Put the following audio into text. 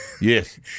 Yes